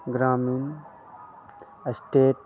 Gramin state